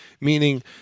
meaning